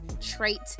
trait